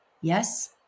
Yes